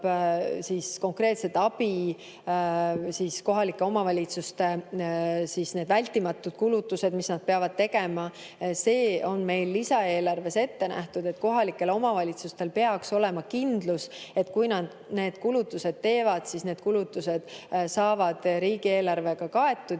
siis need kohalike omavalitsuste vältimatud kulutused, mis nad peavad tegema, on meil lisaeelarves ette nähtud. Kohalikel omavalitsustel peaks olema kindlus, et kui nad need kulutused teevad, siis need kulutused saavad riigieelarvega kaetud